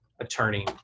attorney